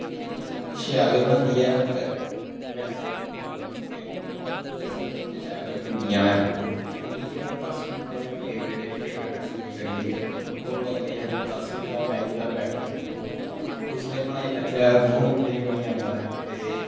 mummy ते सब्भ किश शैल गै बनांदी ऐ पर में थोह्ड़ा ओह् आं में मेरे तों सारी चीजां शैल नेईं बनदियां न ते मीं जेह्ड़ा पर्सनल जेह्ड़ा मेरा फेवरट रैसिपी लगदी ऐ ओह् लगदी ऐ दस रपे दा मैगी दा पैकट कुसलै बी बनाई लैच्चै दो मिन्टैं च बनी जंदा ऐ ते